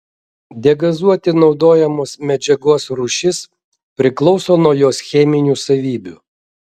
degazuoti naudojamos medžiagos rūšis priklauso nuo jos cheminių savybių